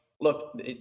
look